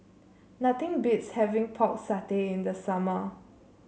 nothing beats having Pork Satay in the summer